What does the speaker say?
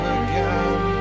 again